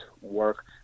work